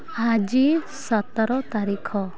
ଆଜି ସତର ତାରିଖ